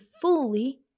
fully